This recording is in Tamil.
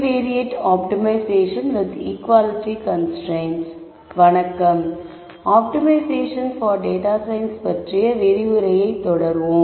வணக்கம் ஆப்டிமைஷேசன் பார் டேட்டா சயின்ஸ் பற்றிய விரிவுரையை தொடர்வோம்